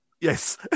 Yes